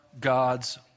God's